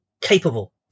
capable